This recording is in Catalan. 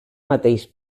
mateix